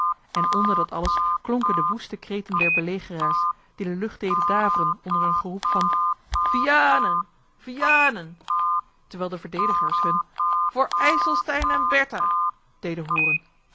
en onder dat alles klonken de woeste kreten der belegeraars die de lucht deden daveren door hun geroep van vianen vianen terwijl de verdedigers hun voor ijselstein en bertha deden hooren